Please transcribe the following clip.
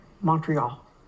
montreal